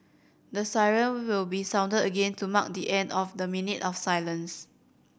the siren will be sounded again to mark the end of the minute of silence